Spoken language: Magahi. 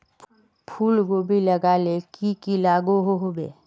फूलकोबी लगाले की की लागोहो होबे?